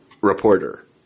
reporter